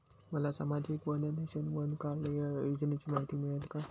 मला सामाजिक one nation, one card या योजनेची माहिती मिळेल का?